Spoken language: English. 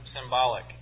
symbolic